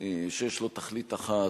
שיש לו תכלית אחת,